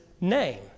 name